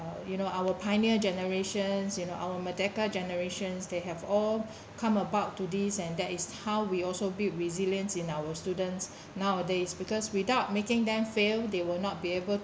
you know our pioneer generations you know our merdeka generations they have all come about to these and that is how we also build resilience in our students nowadays because without making them fail they will not be able